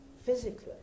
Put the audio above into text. physically